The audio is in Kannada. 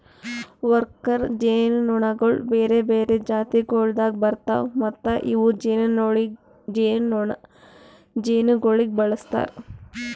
ವರ್ಕರ್ ಜೇನುನೊಣಗೊಳ್ ಬೇರೆ ಬೇರೆ ಜಾತಿಗೊಳ್ದಾಗ್ ಬರ್ತಾವ್ ಮತ್ತ ಇವು ಜೇನುಗೊಳಿಗ್ ಬಳಸ್ತಾರ್